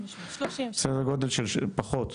30%. פחות,